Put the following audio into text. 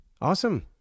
awesome